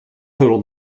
total